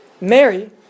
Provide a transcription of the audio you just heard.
Mary